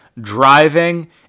driving